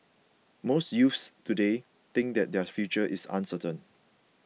most youths today think that their future is uncertain